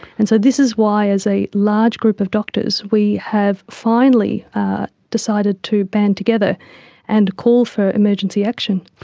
and so this is why as a large group of doctors we have finally decided to band together and call for emergency action.